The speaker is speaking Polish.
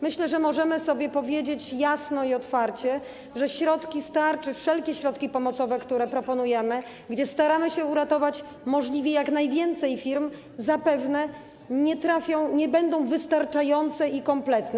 Myślę, że możemy sobie powiedzieć jasno i otwarcie, że środki z tarczy, wszelkie środki pomocowe, które proponujemy, dzięki którym staramy się uratować możliwie jak najwięcej firm, zapewne nie trafią, nie będą wystarczające ani kompletne.